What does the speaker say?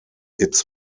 its